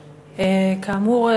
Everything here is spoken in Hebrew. כאמור,